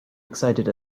excited